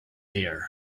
here